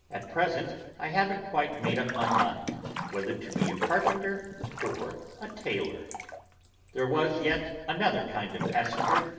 at present i haven't quite made up my mind whether to be a carpenter or a tailor there was yet another kind of passenger,